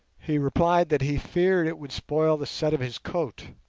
he replied that he feared it would spoil the set of his coat,